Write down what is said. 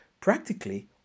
practically